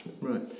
Right